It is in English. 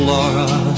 Laura